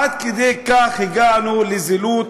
עד כדי כך הגענו לזילות